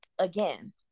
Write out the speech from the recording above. again